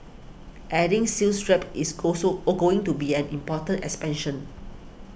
adding sales reps is go so a going to be an important expansion